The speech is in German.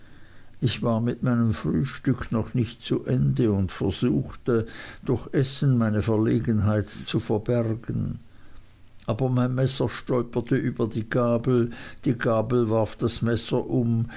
ich war mit meinem frühstück noch nicht zu ende und versuchte durch essen meine verlegenheit zu verbergen aber mein messer stolperte über die gabel die gabel warf das messer um